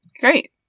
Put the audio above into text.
Great